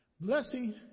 blessing